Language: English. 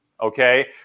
Okay